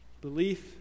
Belief